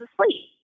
asleep